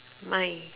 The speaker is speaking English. my